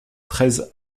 treize